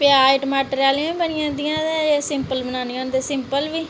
प्याज़ टामाटर आह्लियां बी बनी जंदियां ते जेकर सिंपल बनानियां होन ते सिंपल बी